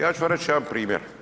Ja ću vam reći jedan primjer.